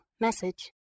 message